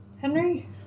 Henry